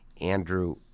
Andrew